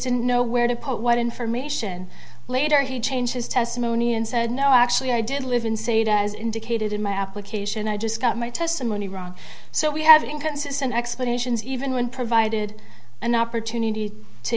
didn't know where to put what information later he changed his testimony and said no actually i did live in saida as indicated in my application i just got my testimony wrong so we have inconsistent explanations even when provided an opportunity to